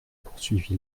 poursuivi